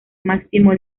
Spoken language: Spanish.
máximo